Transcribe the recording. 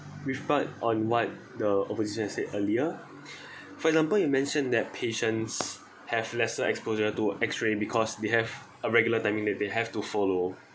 referred on what the opposition said earlier for example you mentioned that patients have lesser exposure to x-ray because they have a regular timing that they have to follow